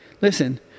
listen